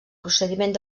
procediment